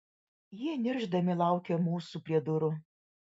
jie niršdami laukė mūsų prie durų